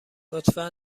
لطفا